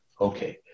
Okay